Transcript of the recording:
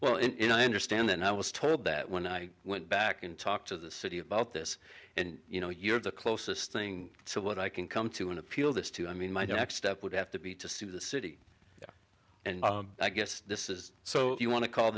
know i understand that i was told that when i went back and talk to the city about this and you know you had the closest thing to what i can come to an appeal this to i mean my next step would have to be to sue the city and i guess this is so you want to call